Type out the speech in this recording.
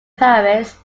paris